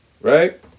Right